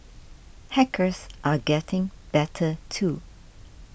hackers are getting better too